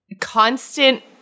constant